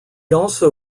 also